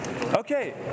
Okay